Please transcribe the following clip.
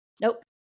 Nope